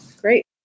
great